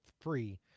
free